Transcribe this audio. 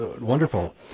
wonderful